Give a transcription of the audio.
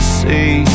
see